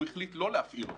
הוא החליט לא להפעיל אותה.